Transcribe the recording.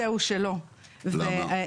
למה?